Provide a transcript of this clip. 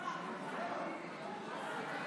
אנחנו עוברים לנושא הבא: